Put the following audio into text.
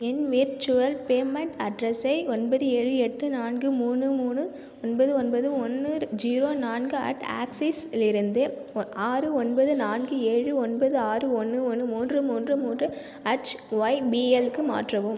என் virtual payment அட்ரஸை ஒன்பது ஏழு எட்டு நான்கு மூணு மூணு ஒன்பது ஒன்பது ஒன்று ஜீரோ நான்கு அட் ஆக்சிஸ்லிருந்து ஆறு ஒன்பது நான்கு ஏழு ஒன்பது ஆறு ஒன்று ஒன்று மூன்று மூன்று மூன்று அட் ஒய்பிஎல்க்கு மாற்றவும்